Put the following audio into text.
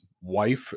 wife